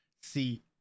See